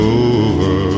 over